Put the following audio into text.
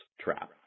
trap